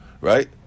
right